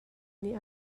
nih